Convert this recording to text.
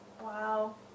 Wow